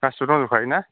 गासिबो दंजोब खायोना